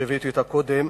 שהבאתי קודם,